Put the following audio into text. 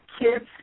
Kids